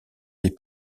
des